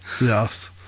yes